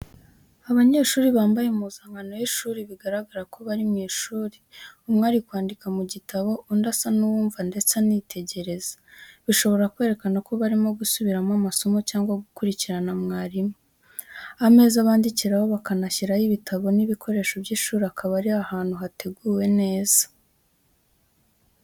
Abanyeshuri bambaye impuzankano y’ishuri, ibigaragaza ko bari mu ishuri, umwe ari kwandika mu gitabo, undi asa n’uwumva ndetse anitegereza, bishobora kwerekana ko barimo gusubiramo amasomo cyangwa gukurikirana mwarimu. Ameza bandikiraho, bakanashyiraho ibitabo n’ibikoresho by’ishuri, akaba ari ahantu hateguwe neza.